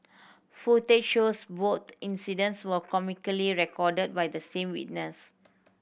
footage shows both incidents were comically recorded by the same witness